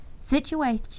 Situation